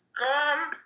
come